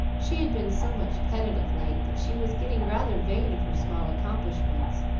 she had been so much petted of late, that she was getting rather vain of her small accomplishments,